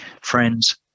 Friends